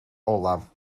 olaf